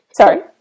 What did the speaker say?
Sorry